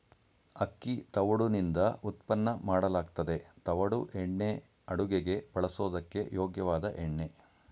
ಅಕ್ಕಿ ತವುಡುನಿಂದ ಉತ್ಪನ್ನ ಮಾಡಲಾಗ್ತದೆ ತವುಡು ಎಣ್ಣೆ ಅಡುಗೆಗೆ ಬಳಸೋದಕ್ಕೆ ಯೋಗ್ಯವಾದ ಎಣ್ಣೆ